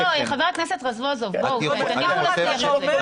לא, חבר הכנסת רזבוזוב, בואו, תניחו לשיח הזה.